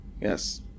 Yes